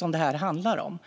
vad det här handlar om.